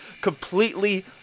completely